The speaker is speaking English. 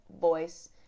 voice